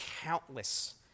countless